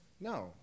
No